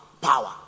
Power